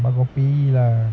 but got payee lah